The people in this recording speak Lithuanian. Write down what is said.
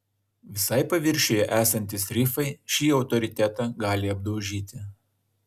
visai paviršiuje esantys rifai šį autoritetą gali apdaužyti